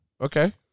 okay